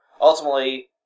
ultimately